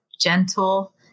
gentle